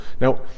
Now